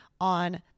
on